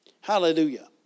hallelujah